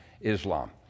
Islam